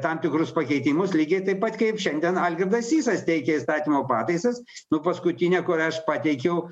tam tikrus pakeitimus lygiai taip pat kaip šiandien algirdas sysas teikia įstatymo pataisas nu paskutinė kurią aš pateikiau